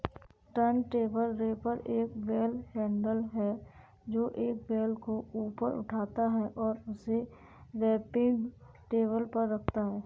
turntable wrapper एक bale handler है, जो एक बेल को ऊपर उठाता है और उसे रैपिंग टेबल पर रखता है